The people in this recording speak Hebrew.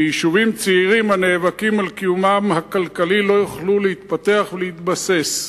ויישובים צעירים הנאבקים על קיומם הכלכלי לא יוכלו להתפתח ולהתבסס.